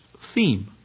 theme